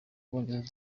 bwongereza